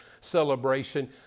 celebration